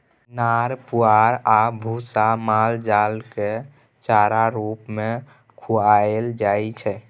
नार पुआर आ भुस्सा माल जालकेँ चारा रुप मे खुआएल जाइ छै